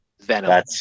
Venom